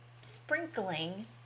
sprinkling